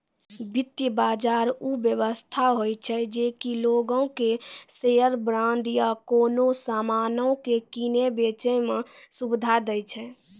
वित्त बजार उ व्यवस्था होय छै जे कि लोगो के शेयर, बांड या कोनो समानो के किनै बेचै मे सुविधा दै छै